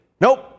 Nope